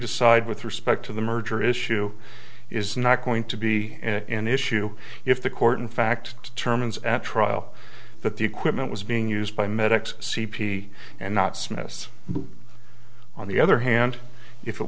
decide with respect to the merger issue is not going to be an issue if the court in fact terms at trial that the equipment was being used by medics c p and not smith on the other hand if it